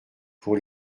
pour